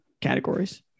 categories